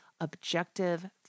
objective